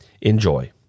Enjoy